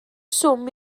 swm